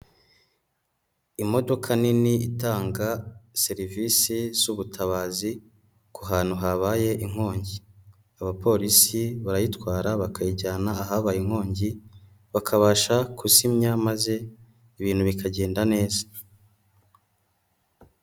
Imodoka nini itanga serivisi z'ubutabazi ku hantu habaye inkongi. Abapolisi barayitwara bakayijyana ahaba inkongi, bakabasha kuzimya maze ibintu bikagenda neza.